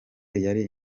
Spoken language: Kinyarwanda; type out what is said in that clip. yari